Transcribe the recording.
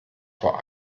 vor